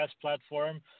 platform